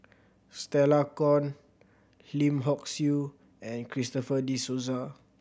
Stella Kon Lim Hock Siew and Christopher De Souza